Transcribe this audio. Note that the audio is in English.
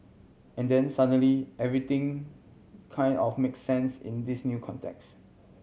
and then suddenly everything kind of make sense in this new context